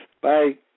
Bye